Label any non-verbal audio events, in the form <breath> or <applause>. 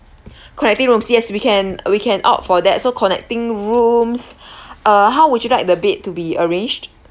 connecting rooms yes we can we can opt for that so connecting rooms <breath> uh how would you like the bed to be arranged